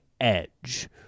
edge